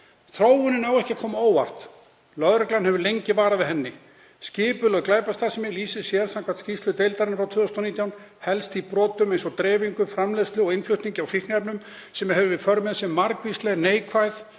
Þróunin á ekki að koma á óvart. Lögreglan hefur lengi varað við henni. Skipulögð glæpastarfsemi lýsir sér, samkvæmt skýrslu deildarinnar frá 2019, helst í brotum eins og dreifingu, framleiðslu og innflutningi á fíkniefnum, sem hefur í för með sér margvísleg neikvæð